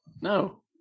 No